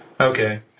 Okay